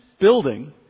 building